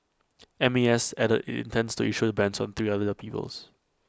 M A S added IT intends to issue the bans on three other peoples